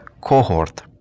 cohort